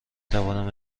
توانم